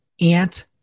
ant